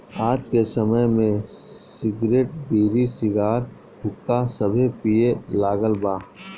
आज के समय में सिगरेट, बीड़ी, सिगार, हुक्का सभे पिए लागल बा